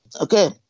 okay